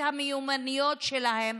את המיומנויות שלהם,